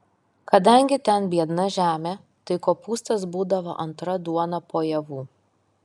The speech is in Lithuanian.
kadangi ten biedna žemė tai kopūstas būdavo antra duona po javų